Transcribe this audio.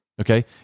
okay